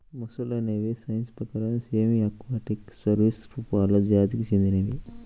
మొసళ్ళు అనేవి సైన్స్ ప్రకారం సెమీ ఆక్వాటిక్ సరీసృపాలు జాతికి చెందినవి